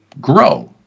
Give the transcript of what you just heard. grow